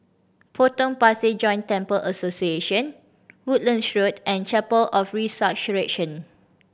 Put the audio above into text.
Potong Pasir Joint Temple Association Woodlands Road and Chapel of the Resurrection